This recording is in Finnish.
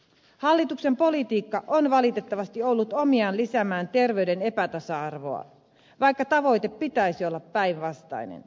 hallituksen politiikka on valitettavasti ollut omiaan lisäämään terveyden epätasa arvoa vaikka tavoitteen pitäisi olla päinvastainen